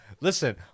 listen